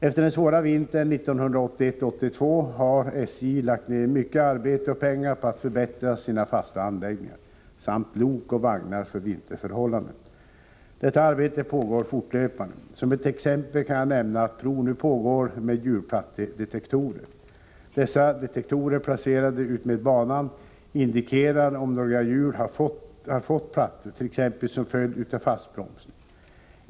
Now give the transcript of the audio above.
Efter den svåra vintern 1981-1982 har SJ lagt ned mycket arbete och pengar på att förbättra sina fasta anläggningar samt lok och vagnar för vinterförhållanden. Detta arbete pågår fortlöpande. Som ett exempel kan jag nämna att prov nu pågår med hjulplattedetektorer. Dessa detektorer, placerade utmed banan, indikerar om några hjul har fått plattor, t.ex. som följd av fastbromsning.